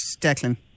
Declan